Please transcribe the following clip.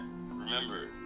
remember